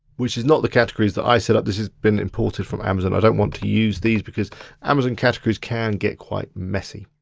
which is not the categories that i set up. this has been imported from amazon. i don't want to use these, because amazon categories can get quite messy.